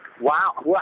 Wow